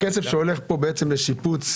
הכסף שהולך כאן לשיפוץ,